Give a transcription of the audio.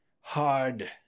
hard